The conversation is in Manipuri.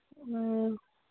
ꯎꯝ